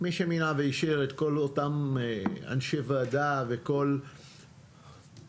ואישר את כל אותם אנשי וועדה וכל הנבחרים